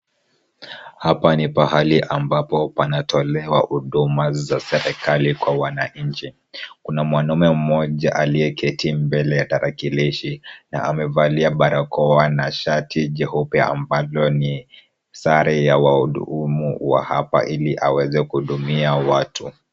Hapa ni pahali ambapo panatolewa huduma za serikali kwa wananchi. Kuna mwanaume mmoja aliyeketi mbele ya tarakilishi na amevalia barakoa na shati jeupe ambalo ni sare ya wahudumu wa hapa ili aweze kuhudumia watu.